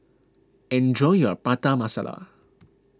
enjoy your Prata Masala